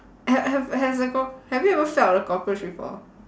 have have has a cock~ have you ever felt a cockroach before